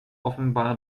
offenbar